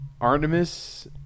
Artemis